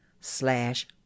slash